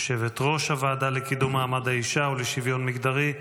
יושבת-ראש הוועדה לקידום מעמד האישה ולשוויון מגדרי,